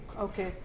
Okay